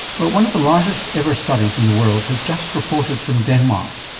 but one of the largest ever studies in the world has just reported from denmark,